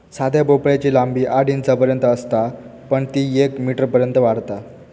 साध्या भोपळ्याची लांबी आठ इंचांपर्यंत असता पण ती येक मीटरपर्यंत वाढता